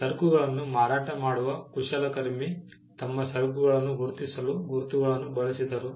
ಸರಕುಗಳನ್ನು ಮಾರಾಟ ಮಾಡುವ ಕುಶಲಕರ್ಮಿ ತಮ್ಮ ಸರಕುಗಳನ್ನು ಗುರುತಿಸಲು ಗುರುತುಗಳನ್ನು ಬಳಸಿದರು